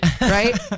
Right